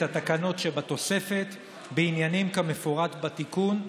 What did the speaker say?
התקנות שבתוספת בעניינים כמפורט בתיקון,